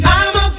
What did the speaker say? I'ma